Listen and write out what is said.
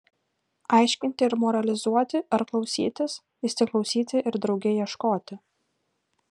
aiškinti ir moralizuoti ar klausytis įsiklausyti ir drauge ieškoti